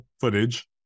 footage